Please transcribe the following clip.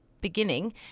beginning